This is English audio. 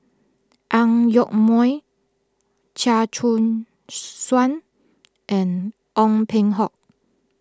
Ang Yoke Mooi Chia Choo Suan and Ong Peng Hock